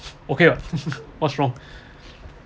okay [what] what's wrong